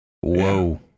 Whoa